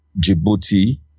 Djibouti